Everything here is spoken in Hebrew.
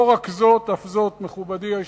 לא זאת אף זאת, מכובדי היושב-ראש.